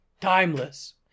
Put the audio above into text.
timeless